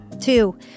Two